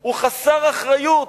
הוא חסר אחריות.